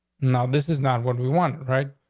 now, this is not what we want, right?